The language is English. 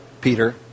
Peter